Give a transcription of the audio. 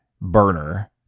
burner